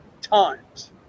times